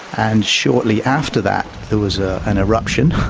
and shortly after that there was ah an eruption